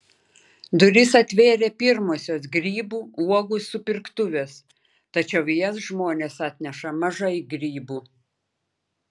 duris atvėrė pirmosios grybų uogų supirktuvės tačiau į jas žmonės atneša mažai grybų